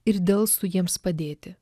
ir delstų jiems padėti